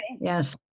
Yes